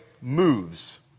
moves